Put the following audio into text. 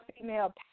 female